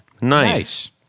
Nice